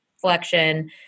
flexion